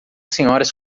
senhoras